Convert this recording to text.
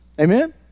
Amen